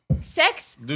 Sex